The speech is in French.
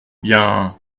bien